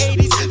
80's